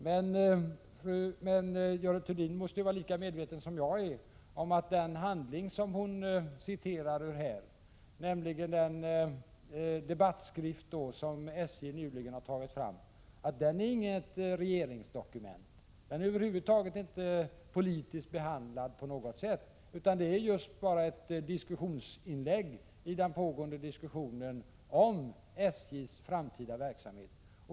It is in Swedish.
Görel Thurdin måste vara lika medveten som jag är om att den handling ur vilken hon citerade, nämligen den debattskrift som SJ nyligen tagit fram, inte är något regeringsdokument. Den är över huvud taget inte politiskt behandlad på något sätt utan just bara ett inlägg i den pågående diskussionen om SJ:s framtida verksamhet.